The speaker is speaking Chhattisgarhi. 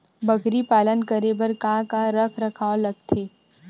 बकरी पालन करे बर काका रख रखाव लगथे?